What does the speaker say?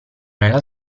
nella